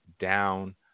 down